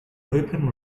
open